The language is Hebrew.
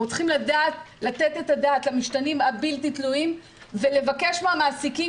צריכים לדעת לתת את הדעת למשתנים הבלתי תלויים ולבקש מהמעסיקים,